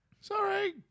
Sorry